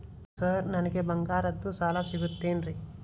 Sir ನನಗೆ ಬಂಗಾರದ್ದು ಸಾಲ ಸಿಗುತ್ತೇನ್ರೇ?